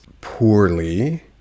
poorly